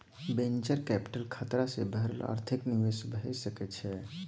venture capital खतरा सँ भरल आर्थिक निवेश भए सकइ छइ